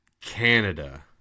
Canada